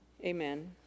Amen